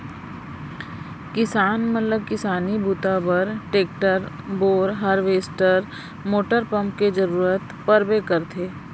किसान मन ल किसानी बूता बर टेक्टर, बोरए हारवेस्टर मोटर पंप के जरूरत परबे करथे